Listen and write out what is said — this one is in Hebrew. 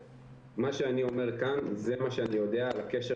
מה שאני אומר כאן זה מה שאני יודע על הקשר